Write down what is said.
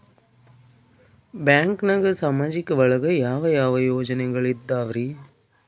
ಬ್ಯಾಂಕ್ನಾಗ ಸಾಮಾಜಿಕ ಒಳಗ ಯಾವ ಯಾವ ಯೋಜನೆಗಳಿದ್ದಾವ್ರಿ?